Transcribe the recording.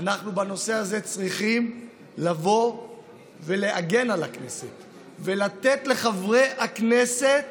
אנחנו צריכים להגן בנושא הזה על הכנסת ולתת לחברי הכנסת